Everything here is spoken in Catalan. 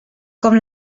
com